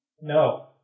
no